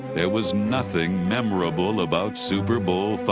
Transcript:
there was nothing memorable about super bowl